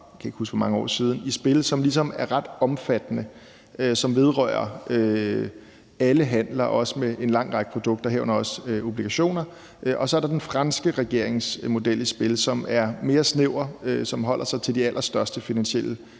kan ikke huske, hvor mange år det er siden, i spil, som er ret omfattende, og som vedrører alle handler med en lang række produkter, herunder også obligationer, og så er der den franske regerings model i spil, som er mere snæver, og som holder sig til de finansielt